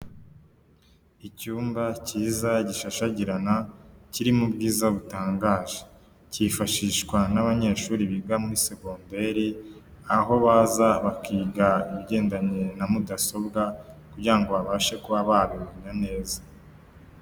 Icyumba cyiza gishashagirana kirimo ubwiza butangaje cyifashishwa n'abanyeshuri biga muri segonderi aho baza bakiga ibigendanye na mudasobwa kugira ngo babashe kuba babimenya neza.